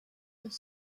aux